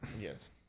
Yes